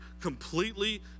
completely